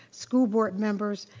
school board members,